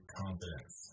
confidence